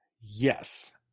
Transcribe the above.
Yes